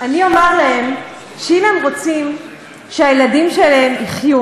אני אומר להם שאם הם רוצים שהילדים שלהם יחיו